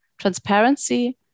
transparency